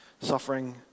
suffering